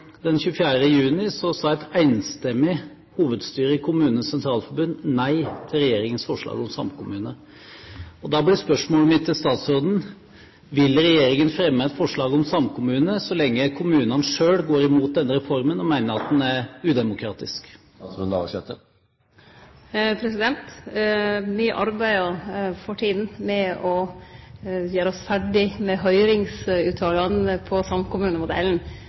24. juni sa et enstemmig hovedstyre i KS – tidligere Kommunenes Sentralforbund – nei til regjeringens forslag om samkommune. Da blir spørsmålet mitt til statsråden: Vil regjeringen fremme et forslag om samkommune så lenge kommunene selv går imot denne reformen og mener at den er udemokratisk? Me arbeider for tida med å gjere oss ferdige med